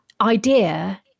idea